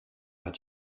hat